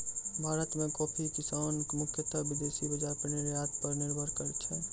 भारत मॅ कॉफी किसान मुख्यतः विदेशी बाजार पर निर्यात पर निर्भर छै